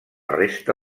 resta